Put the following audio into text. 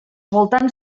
voltants